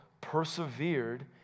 persevered